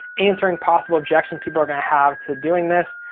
answering possible objections people are gonna have to doing this,